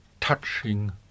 touching